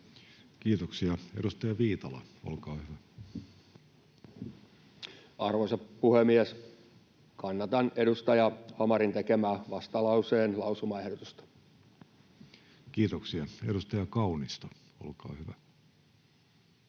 Kiitoksia. — Edustaja Viitala, olkaa hyvä. Arvoisa puhemies! Kannatan edustaja Hamarin tekemää vastalauseen lausumaehdotusta. Kiitoksia. — Edustaja Kaunisto on poissa.